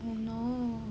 oh no